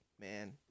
man